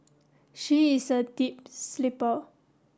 she is a deep sleeper